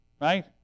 right